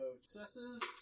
successes